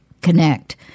connect